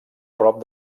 prop